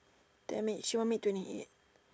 dammit she won't meet twenty eight